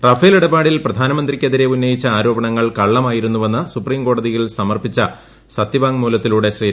Rafale ഇടപാടിൽ പ്രധാനമന്ത്രിയ്ക്കെതിരെ ഉന്നയിച്ച ആരോപണങ്ങൾ കള്ളമായിരുന്നുവെന്ന് സുപ്രീംകോടതിയിൽ സമർപ്പിച്ച സത്യവാങ്മൂലത്തിലൂടെ ശ്രീ